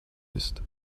ist